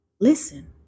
Listen